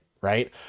right